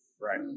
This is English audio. Right